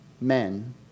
men